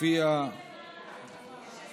תהיה הצבעה על שתי